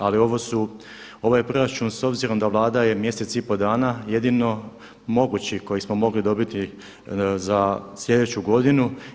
Ali ovo su, ovo je proračun s obzirom da Vlada je mjesec i pol dana jedino mogući koji smo mogli dobiti za sljedeću godinu.